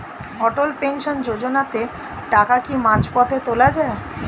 অটল pension যোজনাতে টাকা কি মাঝপথে তোলা যায়?